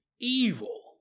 evil